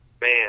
Man